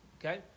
Okay